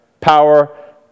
power